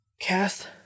Cass